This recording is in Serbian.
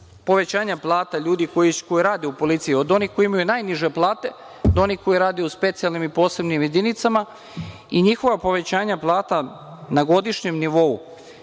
povećanja plata ljudi koji rade u policiji, od onih koji imaju najniže plate do onih koji rade u specijalnim i posebnim jedinicama i njihova povećanja plata na godišnjem nivou